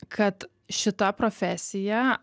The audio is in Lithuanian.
kad šita profesija